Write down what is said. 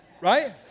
Right